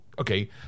okay